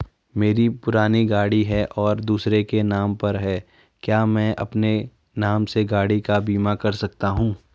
मेरी पुरानी गाड़ी है और दूसरे के नाम पर है क्या मैं अपने नाम से गाड़ी का बीमा कर सकता हूँ?